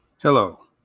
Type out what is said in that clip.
Hello